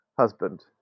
husband